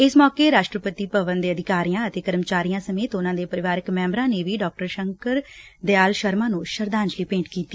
ਇਸ ਮੌਕੇ ਰਾਸ਼ਟਰਪਤੀ ਭਵਨ ਦੇ ਅਧਿਕਾਰੀਆਂ ਅਤੇ ਕਰਮਚਾਰੀਆਂ ਸਮੇਤ ਉਨੂਾ ਦੇ ਪਰਿਵਾਰਕ ਮੈ ਬਰਾ ਨੇ ਵੀ ਡਾ ਸ਼ੰਕਰ ਦਯਾਲ ਸ਼ਰਮਾ ਨੂੰ ਸ਼ਰਧਾਜਲੀ ਭੇਟ ਕੀਡੀ